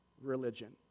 religion